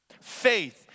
Faith